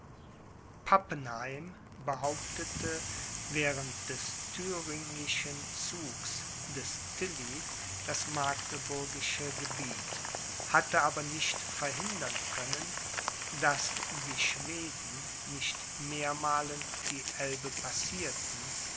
pappenheim behauptete während des thüringischen zugs des tilly das magdeburgische gebiet hatte aber nicht verhindern können daß die schweden nicht mehrmalen die elbe passierten